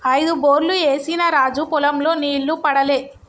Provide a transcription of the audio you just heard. ఐదు బోర్లు ఏసిన రాజు పొలం లో నీళ్లు పడలే